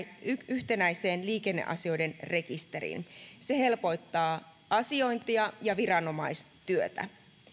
yhtenäiseen liikenneasioiden rekisteriin se helpottaa asiointia ja viranomaistyötä